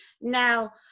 Now